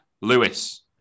Lewis